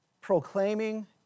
proclaiming